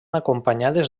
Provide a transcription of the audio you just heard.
acompanyades